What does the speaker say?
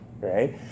right